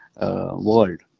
world